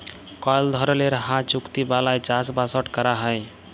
call ধরলের হাঁ চুক্তি বালায় চাষবাসট ক্যরা হ্যয়